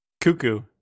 Cuckoo